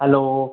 hello